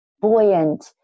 Buoyant